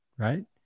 right